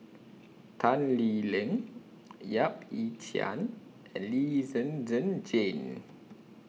Tan Lee Leng Yap Ee Chian and Lee Zhen Zhen Jane